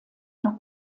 noch